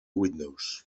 windows